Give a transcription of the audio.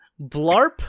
Blarp